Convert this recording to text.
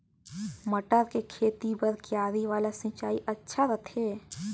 मटर के खेती बर क्यारी वाला सिंचाई अच्छा रथे?